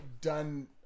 done